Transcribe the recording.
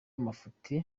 amafuti